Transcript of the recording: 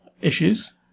issues